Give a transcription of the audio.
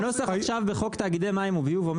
הנוסח עכשיו בחוק תאגידי מים וביוב אומר